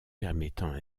permettant